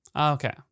Okay